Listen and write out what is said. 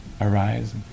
arise